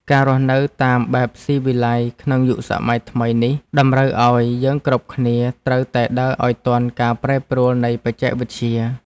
ការរស់នៅតាមបែបស៊ីវិល័យក្នុងយុគសម័យថ្មីនេះតម្រូវឱ្យយើងគ្រប់គ្នាត្រូវតែដើរឱ្យទាន់ការប្រែប្រួលនៃបច្ចេកវិទ្យា។